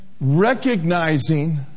Recognizing